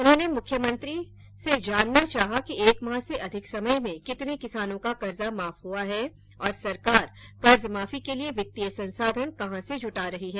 उन्होंने मुख्यमंत्री मंत्री से जानना चाहा कि एक माह से अधिक समय में कितने किसानों का कर्जा माफ हुआ है और सरकार कर्ज माफी के लिए वित्तीय संसाधन कहां से जुटा रही है